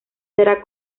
será